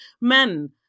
men